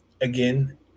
Again